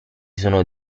sono